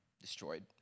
destroyed